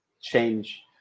change